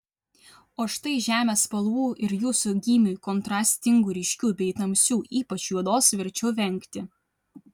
o štai žemės spalvų ir jūsų gymiui kontrastingų ryškių bei tamsių ypač juodos verčiau vengti